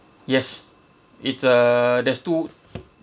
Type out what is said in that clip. yes it's a there's two